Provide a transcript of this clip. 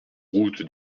route